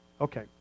Okay